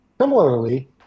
Similarly